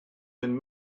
been